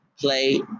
play